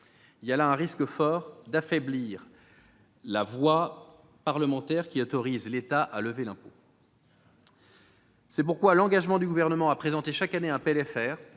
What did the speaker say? fort, alors, d'affaiblir la voix du Parlement qui autorise l'État à lever l'impôt. C'est pourquoi l'engagement du Gouvernement à présenter chaque année un PLFR